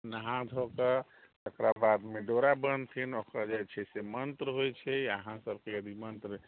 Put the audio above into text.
नहा धोकऽ तकर बादमे डोरा बन्हथिन ओकर जे छै से मन्त्र होइ छै अहाँ सबके अभि मन्त्र